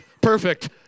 Perfect